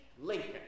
Lincoln